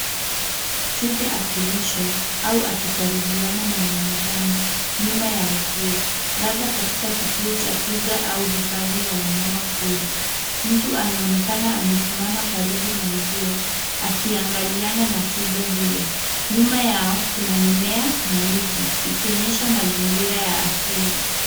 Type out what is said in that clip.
Twiga akilishwa au akikaribiana na mwanadamu nyuma ya uzio, labda katika kituo cha twiga au hifadhi ya wanyama pori. Mtu anaonekana amesimama karibu na uzio, akiangaliana na twiga huyo. Nyuma yao kuna mimea na miti ikionyesha mazingira ya asili.